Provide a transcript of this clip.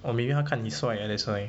or maybe 他看你帅 ah that's why